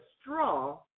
straw